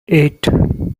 eight